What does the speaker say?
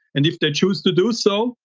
and if they choose to do so,